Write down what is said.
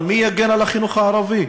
אבל מי יגן על החינוך הערבי?